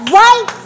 right